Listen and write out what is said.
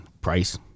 price